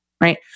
Right